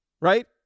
right